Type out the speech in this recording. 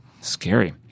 Scary